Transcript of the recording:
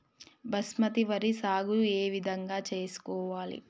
బాస్మతి వరి సాగు ఏ విధంగా చేసుకోవాలి?